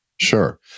Sure